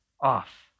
off